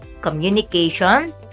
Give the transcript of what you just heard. communication